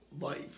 life